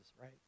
right